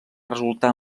resultar